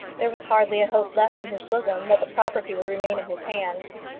there was hardly a hope left in his bosom that the property would remain in his hands.